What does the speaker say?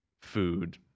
food